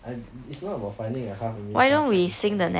I it's not about finding a half english half chinese song